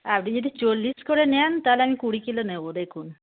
আপনি যদি চল্লিশ করে নেন তাহলে আমি কুড়ি কিলো নেব দেখুন